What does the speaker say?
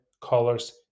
colors